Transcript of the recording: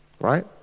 right